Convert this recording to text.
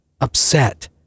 upset